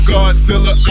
Godzilla